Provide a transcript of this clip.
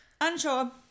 Unsure